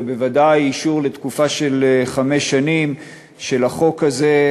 ובוודאי אישור לתקופה של חמש שנים של החוק הזה,